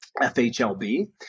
FHLB